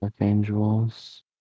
Angels